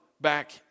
back